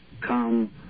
come